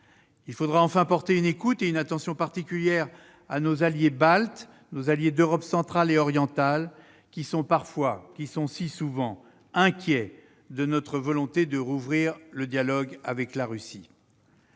Il faudra enfin prêter une écoute et une attention particulières à nos alliés Baltes, d'Europe centrale et orientale, souvent inquiets de notre volonté de rouvrir le dialogue avec la Russie.